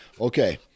okay